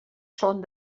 són